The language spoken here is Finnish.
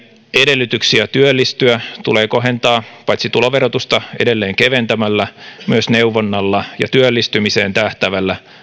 edellytyksiä työllistyä tulee kohentaa paitsi tuloverotusta edelleen keventämällä myös neuvonnalla ja työllistymiseen tähtäävällä